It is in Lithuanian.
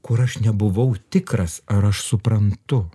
kur aš nebuvau tikras ar aš suprantu